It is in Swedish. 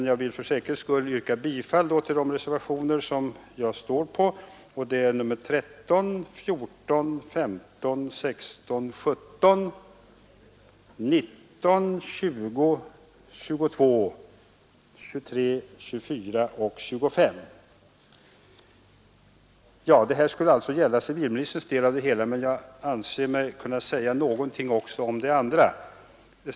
Jag vill för säkerhets skull yrka bifall till de reservationer som är undertecknade av mig, nämligen reservationerna 13, 14, 15 a, 16, 17, 19, 20, 22, 23, 24 och 25 a. Jag har nu behandlat civilministerns del av detta ärende. Jag anser mig också kunna säga något om den andra delen.